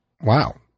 wow